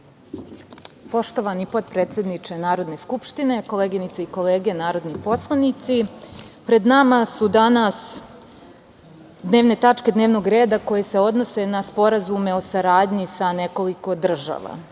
Poštovani potpredsedniče Narodne skupštine, koleginice i kolege narodni poslanici, pred nama su danas dnevne tačke dnevnog reda koje se odnose na sporazume o saradnji sa nekoliko država. Smatram